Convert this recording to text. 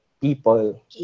people